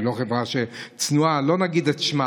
היא לא חברה צנועה, לא נגיד את שמה.